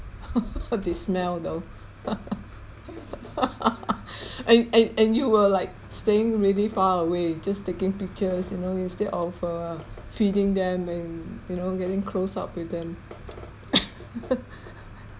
they smell though and and and you were like staying really far away just taking pictures you know instead of err feeding them and you know getting close up with them